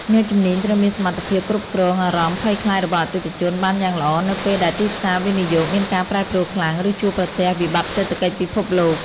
អ្នកជំនាញត្រូវមានសមត្ថភាពគ្រប់គ្រងអារម្មណ៍ភ័យខ្លាចរបស់អតិថិជនបានយ៉ាងល្អ នៅពេលដែលទីផ្សារវិនិយោគមានការប្រែប្រួលខ្លាំង ឬជួបប្រទះវិបត្តិសេដ្ឋកិច្ចពិភពលោក។